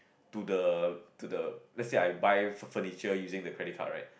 to the to the let's say I buy furniture using the credit card right